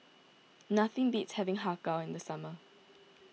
nothing beats having Har Kow in the summer